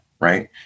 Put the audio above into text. right